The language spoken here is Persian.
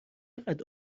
قدر